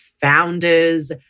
founders